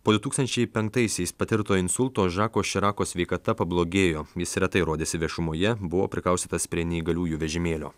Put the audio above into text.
po du tūkstančiai penktaisiais patirto insulto žako širako sveikata pablogėjo jis retai rodėsi viešumoje buvo prikaustytas prie neįgaliųjų vežimėlio